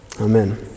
Amen